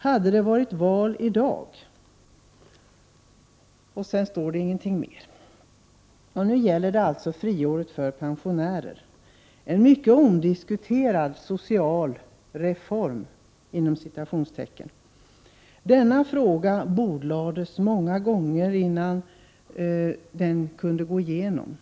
——— Hade det varit val i dag ——-.” Nu gäller det alltså friåret för pensionärer — en mycket omdiskuterad social ”reform”. Denna fråga bordlades många gånger, innan den kunde gå igenom.